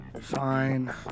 Fine